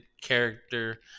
character